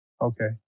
Okay